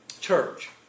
church